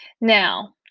Now